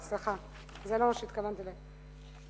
סליחה, זה לא מה שהתכוונתי להקריא.